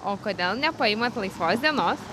o kodėl nepaimat laisvos dienos